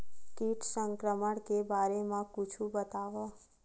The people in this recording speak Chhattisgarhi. कीट संक्रमण के बारे म कुछु बतावव?